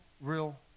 real